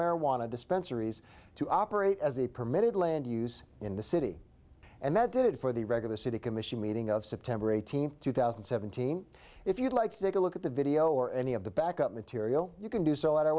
marijuana dispensaries to operate as a permitted land use in the city and that did it for the regular city commission meeting of september eighteenth two thousand and seventeen if you'd like to take a look at the video or any of the back up material you can do so